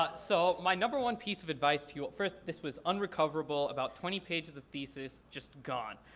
but so my number one piece of advice to you, first this was unrecoverable, about twenty pages of thesis just gone.